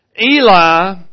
Eli